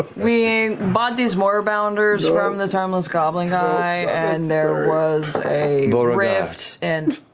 we bought these moorbounders from this armless goblin guy, and there was a rift and